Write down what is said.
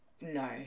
No